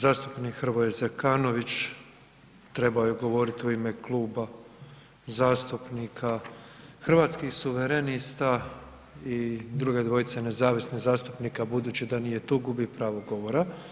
Zastupnik Hrvoje Zekanović trebao je govoriti u ime Kluba zastupnika Hrvatskih suverenista i druge dvojice nezavisnih zastupnika, budući da nije tu, gubi pravo govora.